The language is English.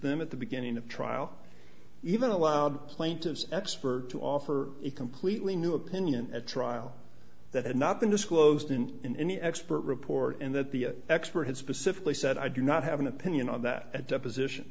them at the beginning of trial even allowed plaintiff's expert to offer a completely new opinion at trial that had not been disclosed in in the expert report and that the expert had specifically said i do not have an opinion on that at deposition